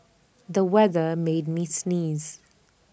the weather made me sneeze